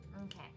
Okay